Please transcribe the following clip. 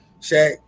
Shaq